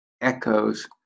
echoes